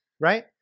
Right